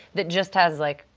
that just has, like,